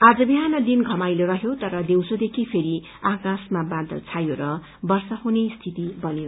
आज बिहान दिन घमाइलो रहयो तर दिउँसोसम्म फेरि आकाशमा बादल छायो र वर्षा हुने स्थिति बन्यो